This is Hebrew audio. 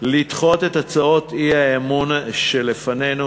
לדחות את הצעות האי-אמון שלפנינו.